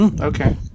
Okay